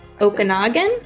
Okanagan